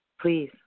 Please